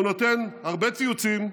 הוא נותן הרבה ציוצים,